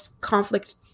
conflict